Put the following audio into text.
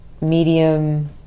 medium